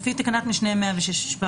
לפי תקנת משנה 106ו(א),